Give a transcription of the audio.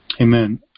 amen